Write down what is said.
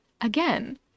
Again